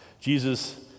Jesus